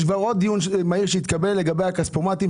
יש עוד דיון מהיר שהתקבל לגבי הכספומטים,